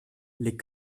les